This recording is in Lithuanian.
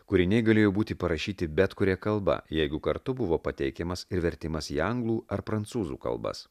kūriniai galėjo būti parašyti bet kuria kalba jeigu kartu buvo pateikiamas ir vertimas į anglų ar prancūzų kalbas